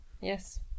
yes